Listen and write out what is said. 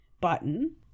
button